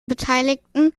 beteiligten